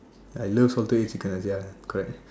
I love salted egg chicken rice ya correct